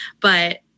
But-